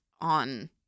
on